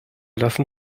lassen